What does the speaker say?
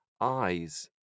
eyes